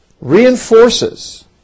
reinforces